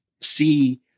see